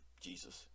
Jesus